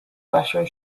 western